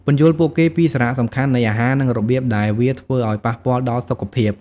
ពន្យល់ពួកគេពីសារៈសំខាន់នៃអាហារ និងរបៀបដែលវាធ្វើអោយប៉ះពាល់ដល់សុខភាព ។